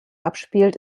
abspielt